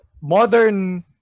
modern